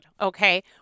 okay